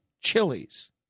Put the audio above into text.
chilies